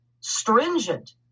stringent